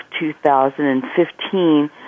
2015